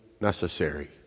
necessary